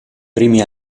primi